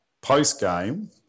post-game